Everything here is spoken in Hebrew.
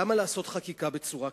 למה לעשות חקיקה בצורה כזאת?